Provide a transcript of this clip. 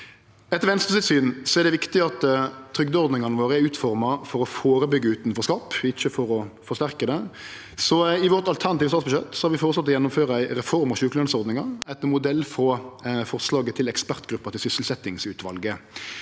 Etter Venstre sitt syn er det viktig at trygdeordningane våre er utforma for å førebyggje utanforskap, ikkje for å forsterke det, så i det alternative statsbudsjettet vårt har vi føreslått å gjennomføre ei reform av sjukelønsordninga, etter modell frå forslaget til ekspertgruppa til sysselsetjingsutvalet.